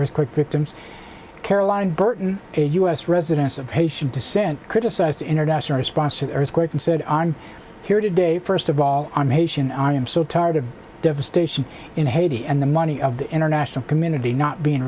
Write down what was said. earthquake victims caroline burton a us resident of haitian descent criticized the international response to the earthquake and said i'm here today first of all i'm haitian i am so tired of devastation in haiti and the money of the international community not being